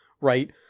Right